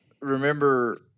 remember